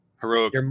Heroic